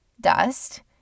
dust